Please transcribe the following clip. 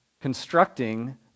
constructing